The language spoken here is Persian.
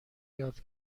یاد